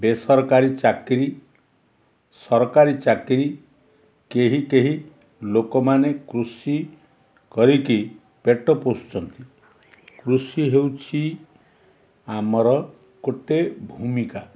ବେସରକାରୀ ଚାକିରୀ ସରକାରୀ ଚାକିରୀ କେହି କେହି ଲୋକମାନେ କୃଷି କରିକି ପେଟ ପୋଷୁଛନ୍ତି କୃଷି ହେଉଛି ଆମର ଗୋଟେ ଭୂମିକା